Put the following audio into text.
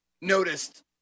noticed